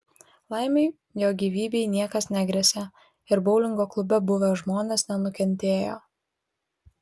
laimei jo gyvybei niekas negresia ir boulingo klube buvę žmonės nenukentėjo